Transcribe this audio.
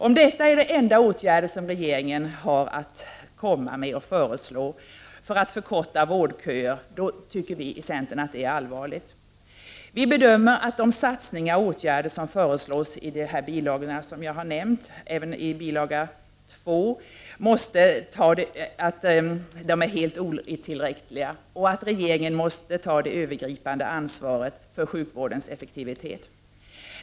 Om dessa är de enda åtgärder som regeringen har att komma med för att förkorta vårdköer, tycker vi i centern att det är allvarligt. Vi bedömer att de satsningar och åtgärder som föreslås i de bilagor som jag har nämnt, även i bil. 2, är helt otillräckliga. Regeringen måste ta det övergripande ansvaret för sjukvårdens effektivitet.